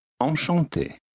Enchanté